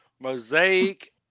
Mosaic